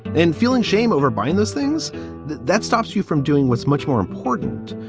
then feeling shame over buying those things that that stops you from doing what's much more important,